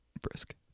brisk